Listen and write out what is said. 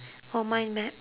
or mind map